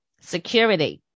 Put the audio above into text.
security